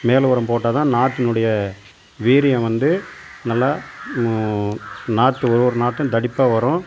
மேல் உரம் போட்டால் தான் நாற்றுனுடைய வீரியம் வந்து நல்லா நாற்று ஒவ்வொரு நாற்றும் தடிப்பாக வரும்